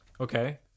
Okay